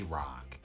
Rock